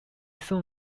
soon